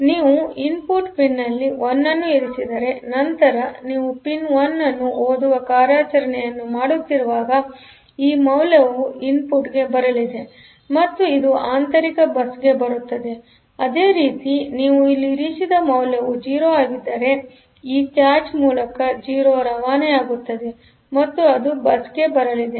ಆದ್ದರಿಂದ ನೀವು ಇನ್ಪುಟ್ ಪಿನ್ನಲ್ಲಿ 1 ಅನ್ನು ಇರಿಸಿದರೆ ನಂತರ ನೀವು ಪಿನ್ ಅನ್ನು ಓದುವ ಈ ಕಾರ್ಯಾಚರಣೆಯನ್ನು ಮಾಡುತ್ತಿರುವಾಗ ಈ ಮೌಲ್ಯವು ಇನ್ಪುಟ್ ಗೆ ಬರಲಿದೆ ಮತ್ತು ಅದು ಆಂತರಿಕ ಬಸ್ಗೆ ಬರುತ್ತದೆ ಮತ್ತು ಅದೇ ರೀತಿ ನೀವು ಇಲ್ಲಿ ಇರಿಸಿದ ಮೌಲ್ಯವು 0ಆಗಿದ್ದರೆ ಈ ಕ್ಯಾಚ್ ಮೂಲಕ 0 ರವಾನೆಯಾಗುತ್ತದೆ ಮತ್ತು ಅದು ಈ ಬಸ್ಗೆ ಬರಲಿದೆ